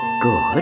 Good